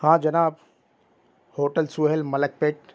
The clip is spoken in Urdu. ہاں جناب ہوٹل سُہیل ملک پیٹ